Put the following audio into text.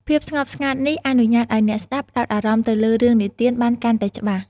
ភាពស្ងប់ស្ងាត់នេះអនុញ្ញាតឲ្យអ្នកស្ដាប់ផ្ដោតអារម្មណ៍ទៅលើរឿងនិទានបានកាន់តែច្បាស់។